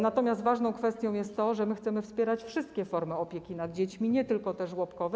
Natomiast ważną kwestią jest to, że chcemy wspierać wszystkie formy opieki nad dziećmi, nie tylko te żłobkowe.